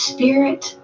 Spirit